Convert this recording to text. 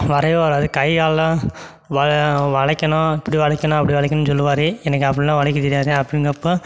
வரவே வராது கை காலெல்லாம் வ வளைக்கணும் இப்படி வளைக்கணும் அப்படி வளைக்கணும்னு சொல்லுவார் எனக்கு அப்படில்லாம் வளைக்கத் தெரியாது அப்படிங்குறப்ப